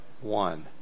one